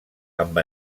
amb